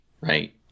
right